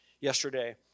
yesterday